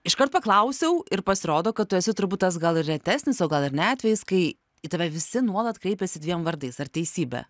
iškart paklausiau ir pasirodo kad tu esi turbūt tas gal ir retesnis o gal ir ne atvejais kai į tave visi nuolat kreipiasi dviem vardais ar teisybė